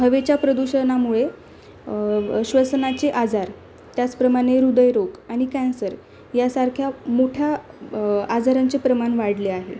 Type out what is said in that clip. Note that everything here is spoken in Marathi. हवेच्या प्रदूषणामुळे श्वसनाचे आजार त्याचप्रमाणे हृदयरोग आणि कॅन्सर यासारख्या मोठ्या आजारांचे प्रमाण वाढले आहे